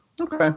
Okay